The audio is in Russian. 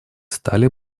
стали